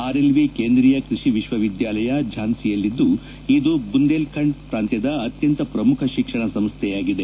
RLV ಕೇಂದ್ರೀಯ ಕೃಷಿ ವಿಶ್ವವಿದ್ಯಾಲಯ ಝಾನ್ಸಿ ಯಲ್ಲಿದ್ದು ಇದು ಬುಂದೇಲ್ಖಂಡ್ ಪ್ರಾಂತ್ಯದ ಅತ್ಯಂತ ಪ್ರಮುಖ ಶಿಕ್ಷಣ ಸಂಸ್ಥೆಯಾಗಿದೆ